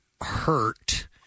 hurt –